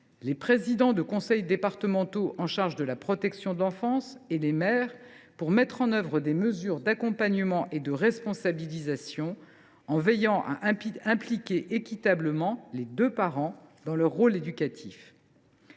les présidents de conseil départemental, dont relève la protection de l’enfance, et les maires pour mettre en œuvre des mesures d’accompagnement et de responsabilisation, en veillant à impliquer équitablement les deux parents dans leur rôle éducatif.